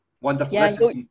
wonderful